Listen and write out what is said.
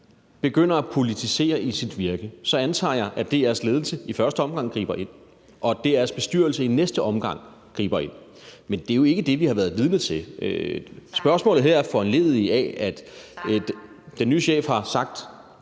begynder at politisere i sit virke, antager jeg, at DR's ledelse i første omgang griber ind, og at DR's bestyrelse i næste omgang griber ind. Men det er jo ikke det, vi har været vidne til. Spørgsmålet her er foranlediget af, at den nye chef (Fjerde